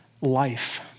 life